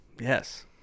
Yes